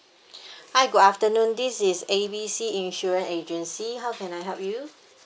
hi good afternoon this is A B C insurance agency how can I help you